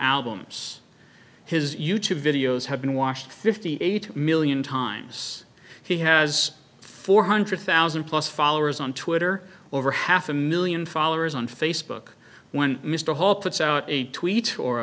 albums his youtube videos have been washed fifty eight million times he has four hundred thousand plus followers on twitter over half a million followers on facebook when mr hall puts out a